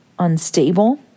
unstable